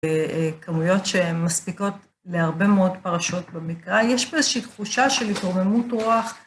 וכמויות שהן מספיקות להרבה מאוד פרשות במקרא. יש פה איזושהי תחושה של התרוממות רוח.